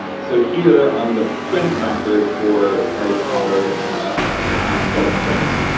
so, here on the print record for harry potter and the half-blood prince,